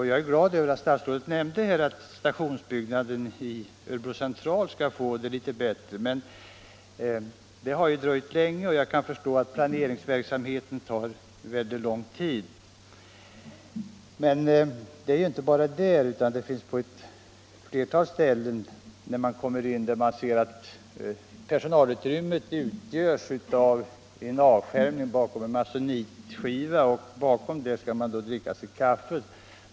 Jag är glad över att statsrådet nämnde att stationsbyggnaden i Örebro skall bli bättre. Det har dröjt länge, men jag kan förstå att planeringsarbetet tar avsevärd tid. Det är dock inte bara fråga om Örebro. I ett flertal stationsbyggnader kan man se att personalutrymmet utgörs av en avskärmning bakom en masonitskiva. Bakom den skall personalen dricka sitt kaffe.